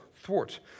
thwart